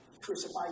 Crucify